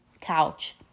couch